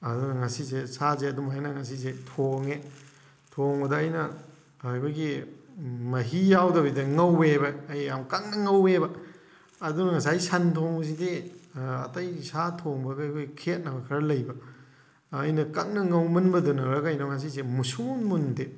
ꯑꯗꯨꯅ ꯉꯁꯤꯁꯦ ꯁꯥꯁꯦ ꯑꯗꯨꯝ ꯑꯩꯅ ꯉꯁꯤꯁꯦ ꯊꯣꯡꯉꯦ ꯊꯣꯡꯕꯗ ꯑꯩꯅ ꯑꯩꯈꯣꯏꯒꯤ ꯃꯍꯤ ꯌꯥꯎꯗꯕꯤꯗ ꯉꯧꯋꯦꯕ ꯑꯩ ꯌꯥꯝ ꯀꯪꯅ ꯉꯧꯋꯦꯕ ꯑꯗꯨꯅ ꯉꯁꯥꯏ ꯁꯟ ꯊꯣꯡꯕꯁꯤꯗꯤ ꯑꯇꯩ ꯁꯥ ꯊꯣꯡꯕꯒ ꯑꯩꯈꯣꯏ ꯈꯦꯠꯅꯕ ꯈꯔ ꯂꯩꯕ ꯑꯩꯅ ꯀꯪꯅ ꯉꯧꯃꯟꯕꯗꯨꯅꯔ ꯀꯩꯅꯣ ꯉꯁꯤꯁꯦ ꯃꯨꯁꯨꯛ ꯃꯨꯟꯗꯦ